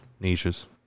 Niches